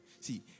See